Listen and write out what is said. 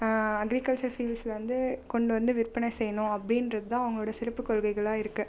agriculture ஃபீல்ஸில் வந்து கொண்டு வந்து விற்பனை செய்யணும் அப்படின்றதுதான் அவங்களுடைய சிறப்பு கொள்கைகளாக இருக்குது